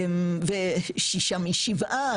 ושישה מ- שבעה,